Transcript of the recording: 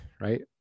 right